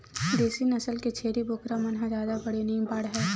देसी नसल के छेरी बोकरा मन ह जादा बड़े नइ बाड़हय